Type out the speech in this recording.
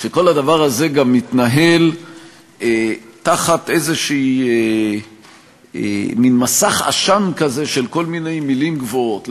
שכל הדבר הזה גם מתנהל תחת מין מסך עשן כזה של כל מיני מילים גבוהות.